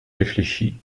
réfléchie